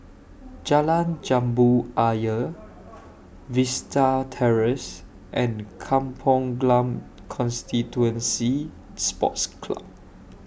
Jalan Jambu Ayer Vista Terrace and Kampong Glam Constituency Sports Club